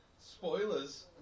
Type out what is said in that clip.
Spoilers